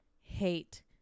hate